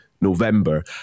November